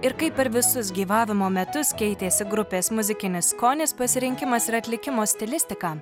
ir kaip per visus gyvavimo metus keitėsi grupės muzikinis skonis pasirinkimas ir atlikimo stilistika